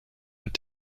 est